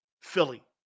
Philly